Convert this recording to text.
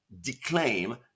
declaim